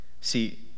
See